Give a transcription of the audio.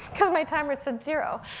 cause my timer said zero.